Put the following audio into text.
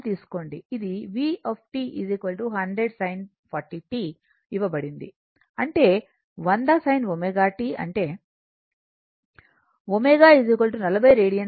అది v 100 sin 40 t ఇవ్వబడింది అంటే 100 sin ω t అంటేω 40 రేడియన్